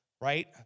right